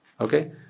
Okay